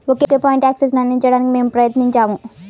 ఒకే point యాక్సెస్ను అందించడానికి మేము ప్రయత్నించాము